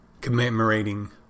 Commemorating